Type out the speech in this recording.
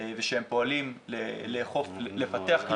ושהם פועלים לפתח כלי כזה.